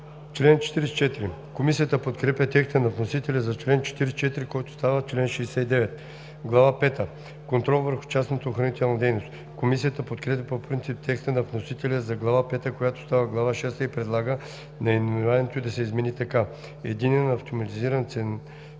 НУНЕВ: Комисията подкрепя текста на вносителя за чл. 44, който става чл. 69. „Глава пета – Контрол върху частната охранителна дейност“. Комисията подкрепя по принцип текста на вносителя за Глава пета, която става Глава шеста, и предлага наименованието й да се измени така: „Единен автоматизиран